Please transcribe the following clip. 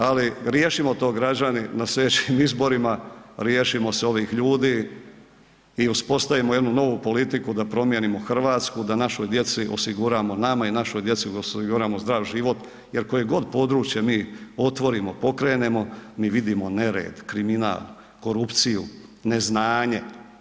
Ali, riješimo to građani na sljedećim izborima, riješimo se ovih ljudi i uspostavimo jednu novu politiku da promijenimo Hrvatsku, da našoj djeci osiguramo, nama i našoj djeci da osiguramo zdrav život jer koje god područje mi otvorimo, pokrenemo, mi vidimo nered, kriminal, korupciju, neznanje.